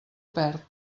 perd